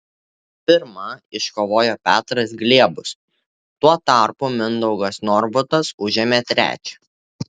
pirmą iškovojo petras gliebus tuo tarpu mindaugas norbutas užėmė trečią